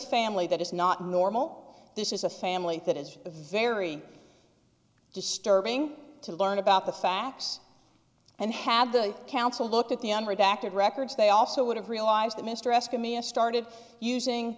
family that is not normal this is a family that is a very disturbing to learn about the facts and have the council looked at the un redacted records they also would have realized that mr escott mia started using